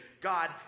God